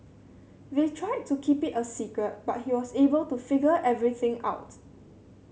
they tried to keep it a secret but he was able to figure everything out